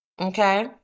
okay